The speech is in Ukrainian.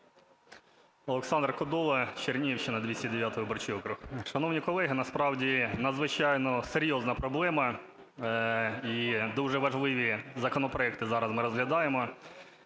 Олександр Кодола, Чернігівщина, 209 виборчий округ. Шановні колеги, насправді надзвичайно серйозна проблема, і дуже важливі законопроекти зараз ми розглядаємо.